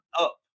up